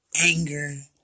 Anger